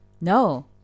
no